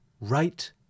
right